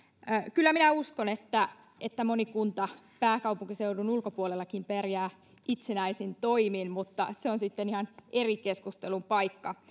kyllä minä uskon että että moni kunta pääkaupunkiseudun ulkopuolellakin pärjää itsenäisin toimin mutta se on sitten ihan eri keskustelun paikka